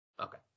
Okay